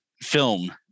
film